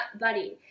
buddy